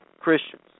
Christians